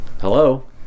Hello